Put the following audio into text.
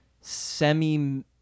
semi